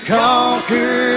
conquer